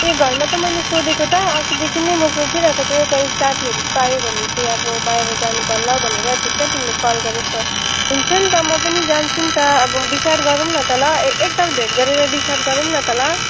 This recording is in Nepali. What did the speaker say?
ए घरमा त मैले सोधेको त अस्तिदेखि नै म सोचिरहेको छु कोही साथीहरू पाएँ भने चाहिँ अब बाहिर जानु पर्ला भनेर ठिक्क तिमीले कल गरेछौ हुन्छ नि त म पनि जान्छु नि त अब बिचार गरौँ न त ल एकताल भेट गरेर बिचार गरौँ न त ल